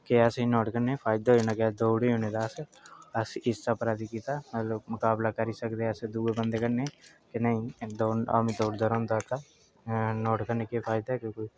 ते असेंगी फायदा होने लग्गा दौड़दे होने दा इस कन्नै गै अस मुकाबला करी सकने अस दूए बंदे कन्नै इ'नेंगी आदमी दौड़दा रौंह्दा गा नुहाड़े कन्नै केह् फायदा कि